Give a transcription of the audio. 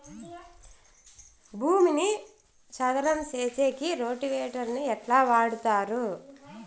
భూమిని చదరం సేసేకి రోటివేటర్ ని ఎట్లా వాడుతారు?